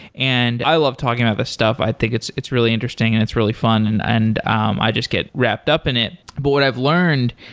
and i love talking about this stuff. i think it's it's really interesting and it's really fun. and and um i just get wrapped up in it. but what i've learned,